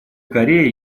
корея